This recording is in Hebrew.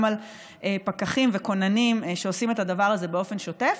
על פקחים וכוננים שעושים את הדבר הזה באופן שוטף.